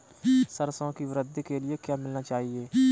सरसों की वृद्धि के लिए क्या मिलाना चाहिए?